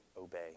obey